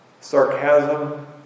Sarcasm